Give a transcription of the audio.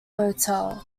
hotel